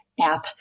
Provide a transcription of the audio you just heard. app